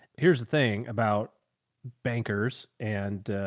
here's the thing about bankers and,